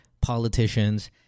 politicians